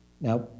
now